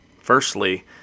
Firstly